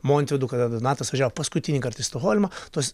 montvydu kada donatas važiavo paskutinįkart į stokholmą tos